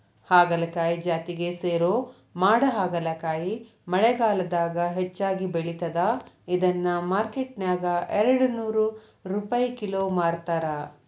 ಹಾಗಲಕಾಯಿ ಜಾತಿಗೆ ಸೇರೋ ಮಾಡಹಾಗಲಕಾಯಿ ಮಳೆಗಾಲದಾಗ ಹೆಚ್ಚಾಗಿ ಬೆಳಿತದ, ಇದನ್ನ ಮಾರ್ಕೆಟ್ನ್ಯಾಗ ಎರಡನೂರ್ ರುಪೈ ಕಿಲೋ ಮಾರ್ತಾರ